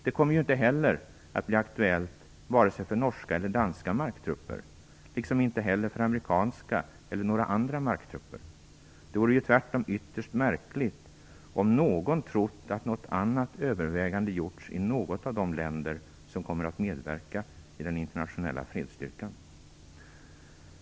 Det kommer ju inte heller att bli aktuellt vare sig för norska eller danska marktrupper, liksom inte heller för amerikanska eller några andra marktrupper. Det vore tvärtom ytterst märkligt om någon trott att något annat övervägande gjorts i något av de länder som kommer att medverka i den internationella fredsstyrkan.